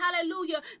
hallelujah